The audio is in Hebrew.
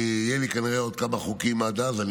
יהיו לי כנראה עוד כמה חוקים עד אז,